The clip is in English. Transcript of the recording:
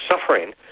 suffering